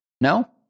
No